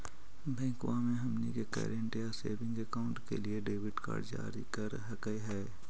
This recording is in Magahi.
बैंकवा मे हमनी के करेंट या सेविंग अकाउंट के लिए डेबिट कार्ड जारी कर हकै है?